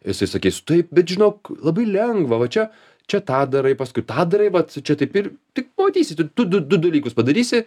jisai sakys taip bet žinok labai lengva va čia čia tą darai paskui tą darai vat čia taip ir tik pamatysi tu du du dalykus padarysi